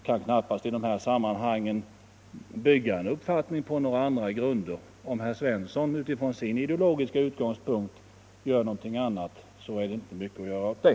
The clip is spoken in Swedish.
Man kan i detta sammanhang knappast bygga en uppfattning på andra grunder. Om herr Svensson från sin ideologiska utgångspunkt gör något annat, är det inte mycket att göra åt det.